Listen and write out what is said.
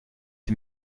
die